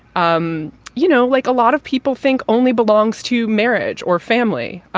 um you know, like a lot of people think only belongs to marriage or family.